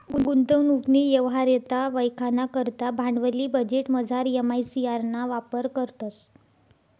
गुंतवणूकनी यवहार्यता वयखाना करता भांडवली बजेटमझार एम.आय.सी.आर ना वापर करतंस